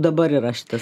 dabar yra šitas